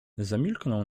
zamilknął